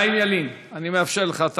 חיים ילין, אני מאפשר לך.